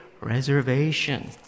reservation